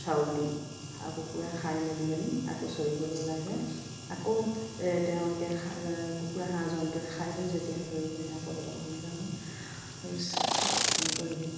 চাউল দিওঁ আৰু কুকুৰা খাই মেলি পিনি আকৌ চৰিবলৈ ওলাই যায় আকৌ তেওঁলোকে কুকুৰা হাঁহ জন্তুৱে খাই পিনি যেতিয়া দৌৰি যায় আকৌ সেইডোখৰ জেগা মই চাফ চিকুণ কৰি দিওঁ